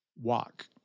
walk